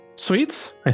Sweets